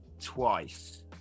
twice